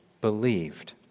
believed